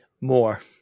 more